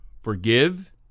Forgive